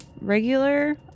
regular